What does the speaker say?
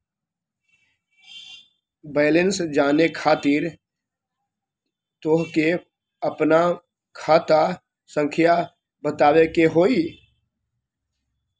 Balance जाने खातिर तोह के आपन खाता संख्या बतावे के होइ?